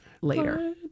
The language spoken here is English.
later